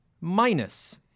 Minus